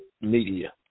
media